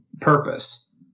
purpose